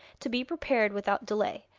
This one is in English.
to be prepared without delay,